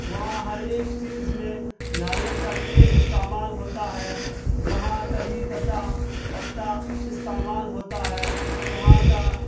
وہاں ہر ایک چیز میں ناریل کا تیل استعمال ہوتا ہے وہاں کڑھی پتا پتہ استعمال ہوتا ہے وہاں کا